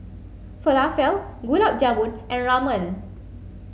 Falafel Gulab Jamun and Ramen